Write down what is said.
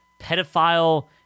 pedophile